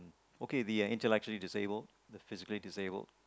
okay they are intellectually disabled they are physically disabled